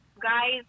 guys